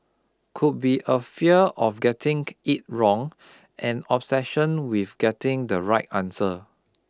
could be a fear of getting it wrong an obsession with getting the right answer